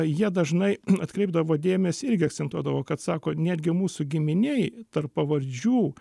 jie dažnai atkreipdavo dėmesį irgi akcentuodavo kad sako netgi mūsų giminėj tarp pavardžių